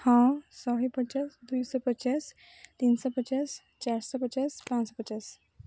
ହଁ ଶହେ ପଚାଶ ଦୁଇଶହ ପଚାଶ ତିନିଶହ ପଚାଶ ଚାରିଶହ ପଚାଶ ପାଞ୍ଚଶହ ପଚାଶ